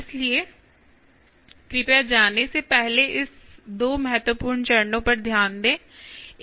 इसलिए कृपया जाने से पहले इस 2 महत्वपूर्ण चरणों पर ध्यान दें